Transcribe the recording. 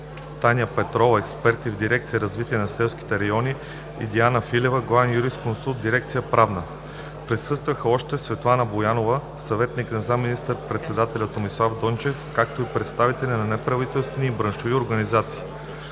Таня Петрова – експерти в дирекция „Развитие на селските райони“, и Диана Филева – главен юрисконсулт в дирекция „Правна“. Присъстваха още Светлана Боянова – съветник на заместник-министър председателя Томислав Дончев, както и представители на неправителствени и браншови организации.